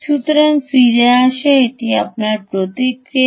সুতরাং ফিরে আসাটি আপনার প্রতিক্রিয়া